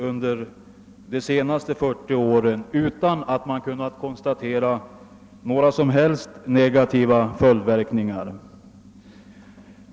under de senaste 40 åren utan att man kunnat konstatera några som helst negativa effekter.